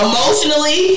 Emotionally